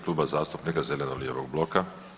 Kluba zastupnika zeleno-lijevog bloka.